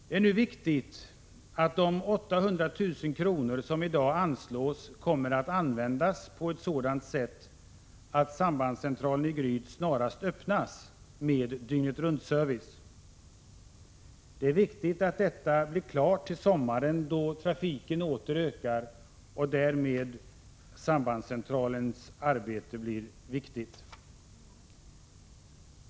Det är nu viktigt att de 800 000 kr. som i dag anslås kommer att användas på ett sådant sätt att sambandscentralen i Gryt snarast öppnas med dygnet-runt-service. Det är viktigt att detta blir klart till sommaren då trafiken åter ökar och därmed sambandscentralens arbete blir viktigt.